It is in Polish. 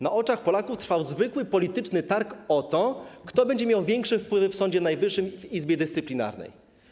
Na oczach Polaków trwał zwykły polityczny targ o to, kto będzie miał większe wpływy w Sądzie Najwyższym, w Izbie Dyscyplinarnej.